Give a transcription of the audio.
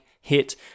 hit